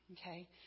okay